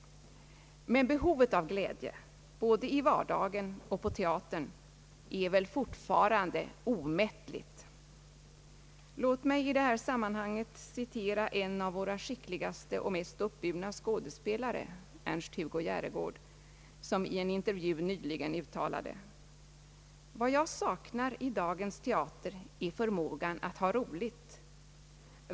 Men behovet av glädje, både i vardagen och på teatern, är väl fortfarande omättligt. Låt mig i det här sammanhanget få citera en av våra skickligaste och mest uppburna skådespelare, Ernst-Hugo Järegård, som i en intervju nyligen uttalade: »Vad jag saknar i dagens teater är förmågan att ha roligt.